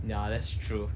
ya that's true